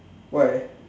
why